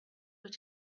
were